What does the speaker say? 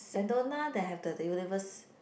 Sentona they have the the Universe